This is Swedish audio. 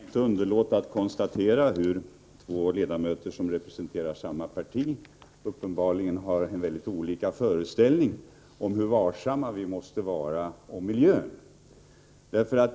Herr talman! Jag kan inte underlåta att konstatera att två ledamöter som representerar samma parti uppenbarligen har väldigt olika föreställning om hur varsamma vi måste vara med miljön.